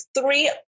three